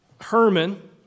Herman